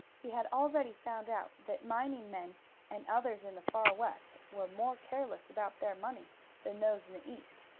he had already found out that mining men and others in the far west were more careless about their money than those in the east,